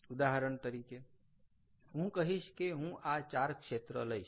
ઉદાહરણ તરીકે હું કહીશ કે હું આ ચાર ક્ષેત્ર લઇશ